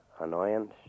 annoyance